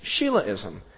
Sheilaism